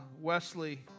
Wesley